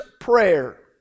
prayer